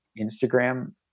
Instagram